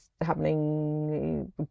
happening